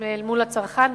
הם מול הצרכן,